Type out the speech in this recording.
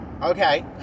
Okay